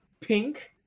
pink